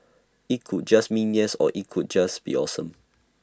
IT could just mean yes or IT could just be awesome